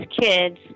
kids